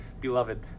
beloved